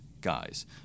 guys